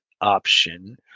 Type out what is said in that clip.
option